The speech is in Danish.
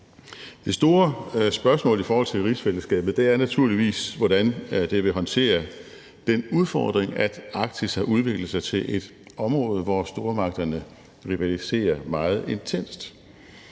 Det store spørgsmål i forhold til rigsfællesskabet er naturligvis, hvordan det vil håndtere den udfordring, at Arktis har udviklet sig til et område, hvor stormagterne rivaliserer meget intenst.